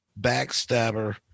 backstabber